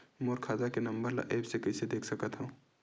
मोर खाता के नंबर ल एप्प से कइसे देख सकत हव?